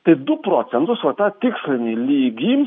tai du procentus va tą tikslinį lygį